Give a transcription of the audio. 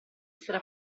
essere